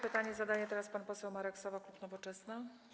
Pytanie zadaje teraz pan poseł Marek Sowa, klub Nowoczesna.